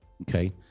Okay